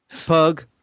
Pug